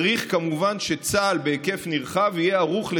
צריך שצה"ל יהיה ערוך בהיקף נרחב להכניס